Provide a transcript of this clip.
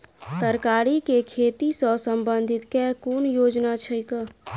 तरकारी केँ खेती सऽ संबंधित केँ कुन योजना छैक?